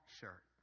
shirt